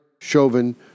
Chauvin